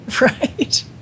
Right